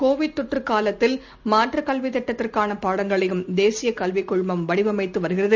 Covid தொற்று காலத்தில் மாற்று கல்வித் திட்டத்திற்கான பாடங்களையும் தேசிய கல்விக் குழுமம் வடிவமைத்து வருகிறது